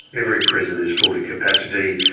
every prison is full to capacity,